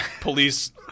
police